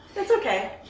it's okay.